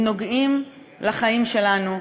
הם נוגעים לחיים שלנו,